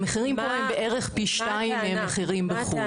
המחירים פה הם בערך פי שניים מהמחירים בחו"ל.